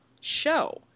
Show